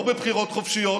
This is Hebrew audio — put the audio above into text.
לא בבחירות חופשיות,